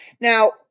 Now